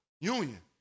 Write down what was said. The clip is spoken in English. union